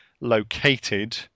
located